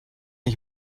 ich